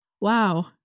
wow